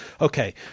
okay